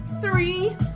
three